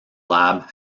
lab